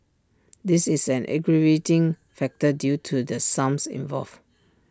this is an aggravating factor due to the sums involved